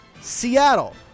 Seattle